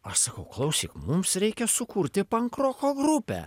aš sakau klausyk mums reikia sukurti pankroko grupę